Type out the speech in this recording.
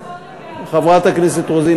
חברת הכנסת רוזין,